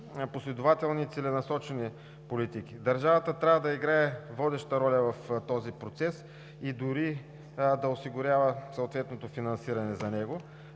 последователни и целенасочени политики. Държавата трябва да играе водеща роля в този процес и дори да осигурява съответното финансиране за него.